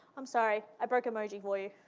i'm sorry. i broke emoji for you.